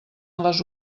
les